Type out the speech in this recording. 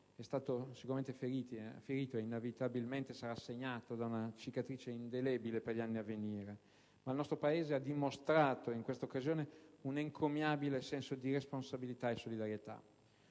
è stato ferito ed inevitabilmente sarà segnato da una cicatrice indelebile per gli anni a venire, ma il nostro Paese ha dimostrato in questa occasione un encomiabile senso di responsabilità e solidarietà.